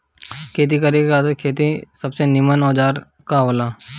खेती करे खातिर सबसे नीमन औजार का हो ला?